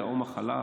מחלות